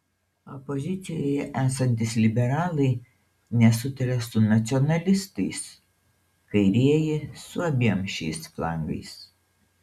opozicijoje esantys liberalai nesutaria su nacionalistais kairieji su abiem šiais flangais